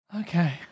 Okay